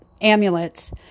amulets